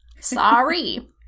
Sorry